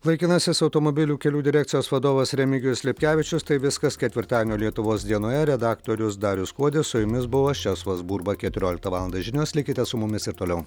laikinasis automobilių kelių direkcijos vadovas remigijus lipkevičius tai viskas ketvirtadienio lietuvos dienoje redaktorius darius kuodis su jumis buvo česlovas burba keturioliktą valandą žinios likite su mumis ir toliau